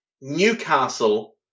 Newcastle